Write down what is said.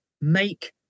make